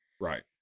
Right